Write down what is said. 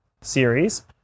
series